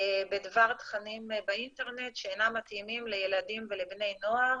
בדבר תכנים באינטרנט שאינם מתאימים לילדים ובני נוער